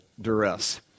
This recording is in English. duress